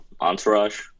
Entourage